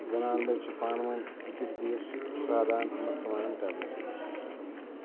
زَنان چھِ پانہٕ ؤنۍ أکِس بیٚیِس سادان مَرژٕوانٛگن کَڑنَس منٛز